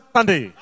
Sunday